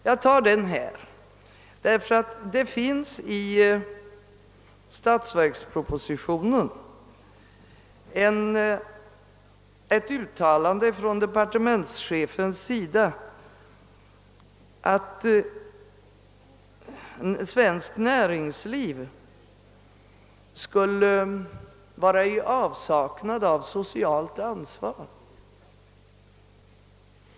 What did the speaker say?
Jag tar upp denna här, därför att det finns i statsverkspropositionen ett uttalande av departementschefen om att svenskt näringsliv skulle vara i avsaknad av socialt ansvar.